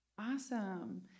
Awesome